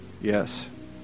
Yes